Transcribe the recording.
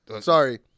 Sorry